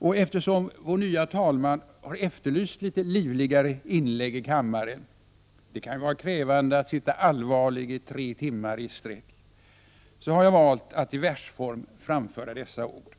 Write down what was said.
Och eftersom vår nya talman har efterlyst litet livligare inlägg i kammaren — det kan ju vara krävande att sitta allvarlig i tre timmar i ett sträck — har jag valt att i versform framföra dessa ord.